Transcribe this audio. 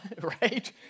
right